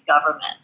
government